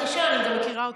בבקשה, אני גם מכירה אותו.